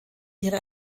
ihre